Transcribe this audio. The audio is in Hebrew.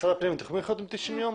משרד הפנים, אתם יכולים לחיות עם 90 ימים?